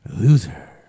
loser